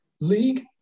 league